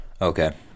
Okay